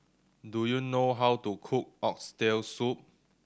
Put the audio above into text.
do you know how to cook Oxtail Soup